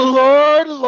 lord